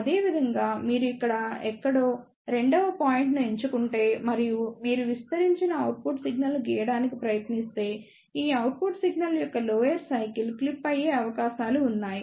అదేవిధంగా మీరు ఇక్కడ ఎక్కడో రెండవ పాయింట్ ను ఎంచుకుంటే మరియు మీరు విస్తరించిన అవుట్పుట్ సిగ్నల్ను గీయడానికి ప్రయత్నిస్తే ఈ అవుట్పుట్ సిగ్నల్ యొక్క లోయర్ సైకిల్ క్లిప్ అయ్యే అవకాశాలు ఉన్నాయి